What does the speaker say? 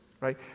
right